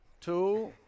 two